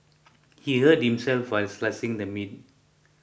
he hurt himself while slicing the meat